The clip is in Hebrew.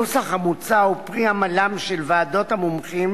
הנוסח המוצע הוא פרי עמלן של ועדות המומחים